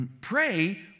pray